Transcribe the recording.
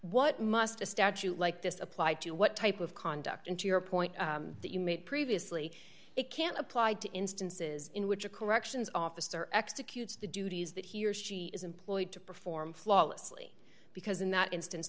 what must a statute like this apply to what type of conduct and to your point that you made previously it can applied to instances in which a corrections officer executes the duties that he or she is employed to perform flawlessly because in that instance